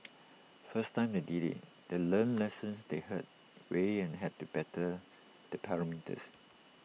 first time they did IT they learnt lessons the hard way and had to better the parameters